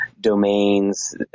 domains